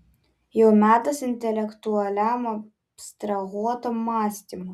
jau metas intelektualiam abstrahuotam mąstymui